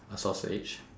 a sausage